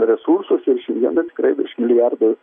resursus ir šiandieną tikrai virš milijardo